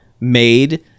made